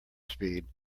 speed